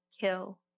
kill